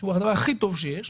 שהוא הדבר הכי טוב שיש.